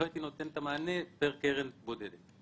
לא הייתי נותן את המענה פר קרן בודדת.